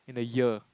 in the ear